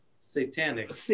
Satanic